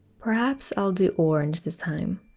perhaps i'll do orange this time,